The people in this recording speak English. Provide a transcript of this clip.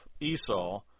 Esau